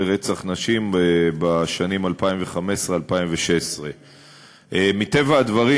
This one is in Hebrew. רצח נשים בשנים 2015 2016. 1 2. מטבע הדברים,